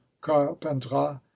carpentras